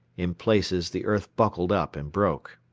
in places the earth buckled up and broke.